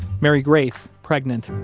mary grace, pregnant,